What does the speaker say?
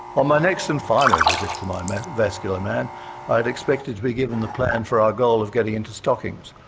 on my next and final visit to my my vascular man i had expected to be given the plan for our goal of getting into stockings,